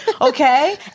Okay